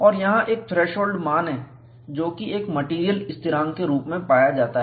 और यहां एक थ्रेशोल्ड मान है जो कि एक मेटेरियल स्थिरांक के रूप में पाया जाता है